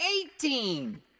eighteen